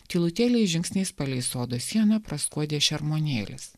tylutėliais žingsniais palei sodo sieną praskuodė šermuonėlis